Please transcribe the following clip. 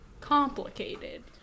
complicated